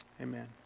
Amen